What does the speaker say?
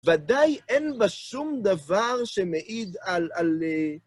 ודאי אין בה שום דבר שמעיד על...